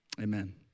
Amen